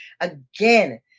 again